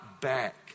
back